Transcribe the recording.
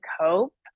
cope